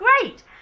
great